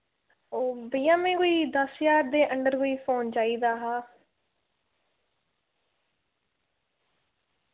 ओ भैया मैं कोई दस ज्हार दे अंदर कोई फोन चाहिदा हा